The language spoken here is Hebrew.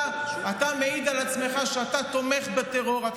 אתה מעיד על עצמך שאתה תומך בטרור.